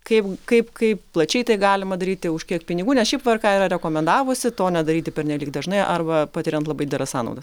kaip kaip kaip plačiai tai galima daryti už kiek pinigų nes šiaip vrk yra rekomendavusi to nedaryti pernelyg dažnai arba patiriant labai dideles sąnaudas